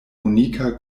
unika